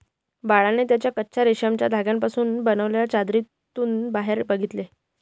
बाळाने त्याच्या कच्चा रेशमाच्या धाग्यांपासून पासून बनलेल्या चादरीतून बाहेर बघितले